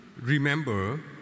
remember